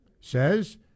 says